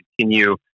continue